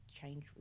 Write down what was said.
change